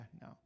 no